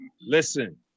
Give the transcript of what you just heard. listen